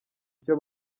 icyo